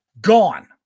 gone